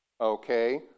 Okay